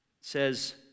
Says